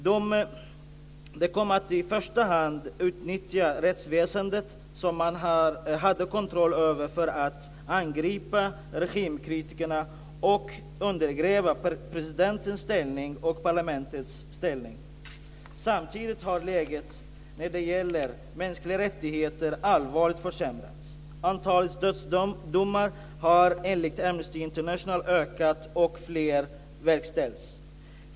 De har kommit att i första hand utnyttja rättsväsendet, som de har kontroll över, för att angripa regimkritikerna och undergräva presidentens och parlamentets ställning. Samtidigt har läget när det gäller mänskliga rättigheter allvarligt försämrats. Antalet dödsdomar har enligt Amnesty International ökat och fler har verkställts.